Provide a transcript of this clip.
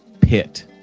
pit